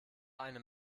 eine